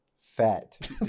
Fat